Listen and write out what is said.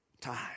time